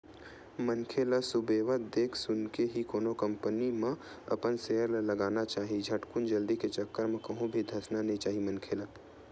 मनखे ल सुबेवत देख सुनके ही कोनो कंपनी म अपन सेयर ल लगाना चाही झटकुन जल्दी के चक्कर म कहूं भी धसना नइ चाही मनखे ल